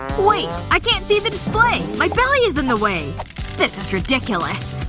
wait. i can't see the display. my belly is in the way this is ridiculous.